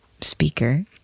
speaker